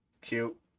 Cute